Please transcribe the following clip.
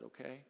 okay